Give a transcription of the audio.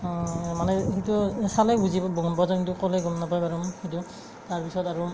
মানে সেইটো চালেই বুজি গম পোৱা যোনটো ক'লে গম নাপায় বাৰু সেইটো তাৰপিছত আৰু